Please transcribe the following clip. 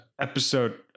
episode